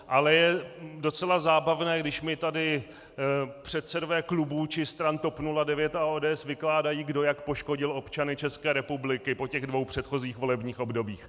Ale je docela zábavné, když mi tady předsedové klubů či stran TOP 09 a ODS vykládají, kdo jak poškodil občany České republiky po těch dvou předchozích volebních obdobích.